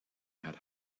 had